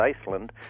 Iceland